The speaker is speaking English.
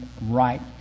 right